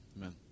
Amen